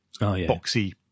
boxy